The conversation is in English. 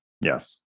Yes